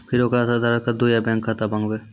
फिर ओकरा से आधार कद्दू या बैंक खाता माँगबै?